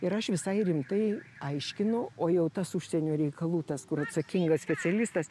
ir aš visai rimtai aiškinau o jau tas užsienio reikalų tas kur atsakingas specialistas